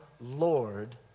Lord